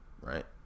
right